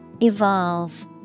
Evolve